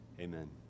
Amen